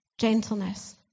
gentleness